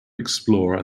explorer